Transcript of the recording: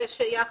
זה שייך